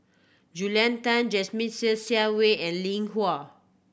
Julia Tan Jasmine Ser Xiang Wei and Lin